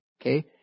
Okay